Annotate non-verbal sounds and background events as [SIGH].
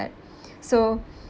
[BREATH] so